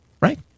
right